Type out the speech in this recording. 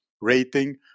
rating